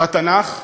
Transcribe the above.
והתנ"ך,